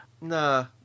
Nah